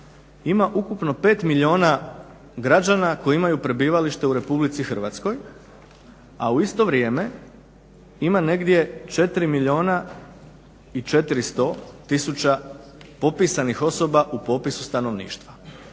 ima ukupno 5 milijuna građana koji imaju prebivalište u RH, a u isto vrijeme ima negdje 4 milijuna i 400 tisuća popisanih osoba u popisu stanovništva.